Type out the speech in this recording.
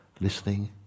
listening